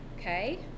okay